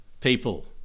people